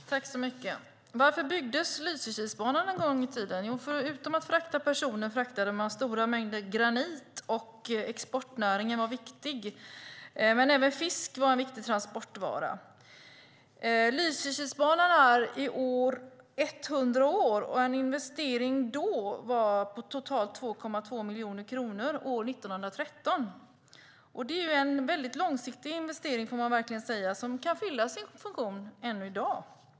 Fru talman! Varför byggdes Lysekilsbanan en gång i tiden? Jo, förutom att frakta personer fraktade man stora mängder granit, och exportnäringen var viktig. Men även fisk var en viktig transportvara. Lysekilsbanan är 100 år i år, och år 1913 var det en investering på totalt 2,2 miljoner kronor. Det är en väldigt långsiktig investering, får man verkligen säga, och kan fylla sin funktion än i dag.